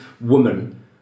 woman